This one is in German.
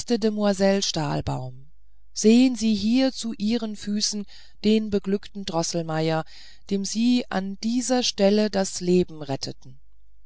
demoiselle stahlbaum sehn sie hier zu ihren füßen den beglückten droßelmeier dem sie an dieser stelle das leben retteten